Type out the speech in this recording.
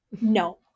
No